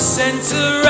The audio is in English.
center